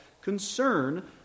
concern